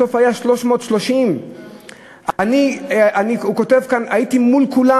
בסוף היה 330". הוא כותב כאן: "הייתי מול כולם.